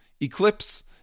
Eclipse